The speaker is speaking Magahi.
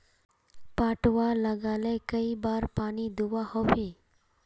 पटवा लगाले कई बार पानी दुबा होबे?